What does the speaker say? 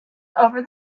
over